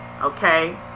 okay